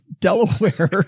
Delaware